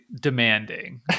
demanding